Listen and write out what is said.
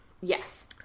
Yes